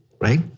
right